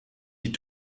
die